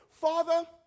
Father